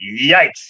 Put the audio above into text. Yikes